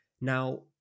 now